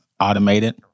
automated